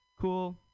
cool